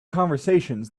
conversations